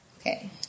Okay